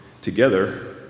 together